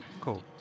Cool